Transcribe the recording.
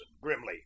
grimly